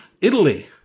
Italy